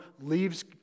leaves